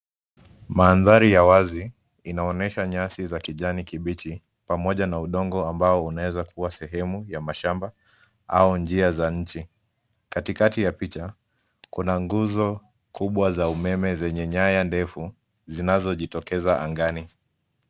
Mandhari ya wazi inaonyesha nyasi za kijani kibichi pamoja na udongo ambao unaweza kuwa sehemu ya mashamba au njia za nchi. Katikati ya picha, kuna nguzo kubwa za umeme zenye nyaya ndefu zinazojitokeza angani.